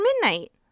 midnight